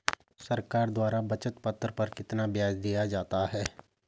सरकार द्वारा बचत पत्र पर कितना ब्याज दिया जाता है?